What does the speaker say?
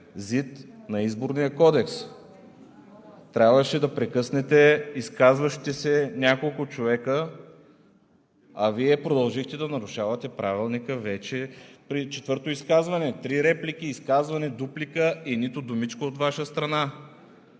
ЗИД на Изборния кодекс. Трябваше да прекъснете изказващите се няколко човека, а Вие продължихте да нарушавате Правилника. Вече при четвърто изказване – три реплики, изказване, дуплика, и нито думичка от Ваша страна.